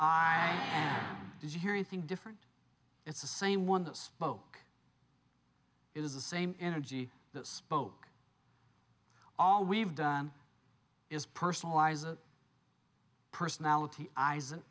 am did you hear anything different it's the same one that spoke it is the same energy that spoke all we've done is personalize a personality eyes